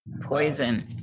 poison